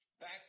back